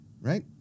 right